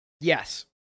Yes